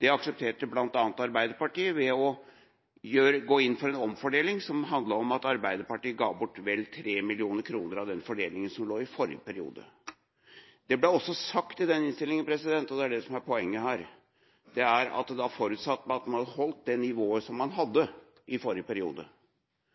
Det aksepterte bl.a. Arbeiderpartiet ved å gå inn for en omfordeling som handlet om at Arbeiderpartiet ga bort vel 3 mill. kr av den fordelinga som lå i forrige periode. Det ble også sagt i den innstillinga – og det er det som er poenget her – at da forutsatte man at man holdt det nivået man hadde i forrige periode.